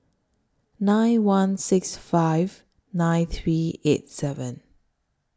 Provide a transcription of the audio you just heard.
nine one six five nine three eight seven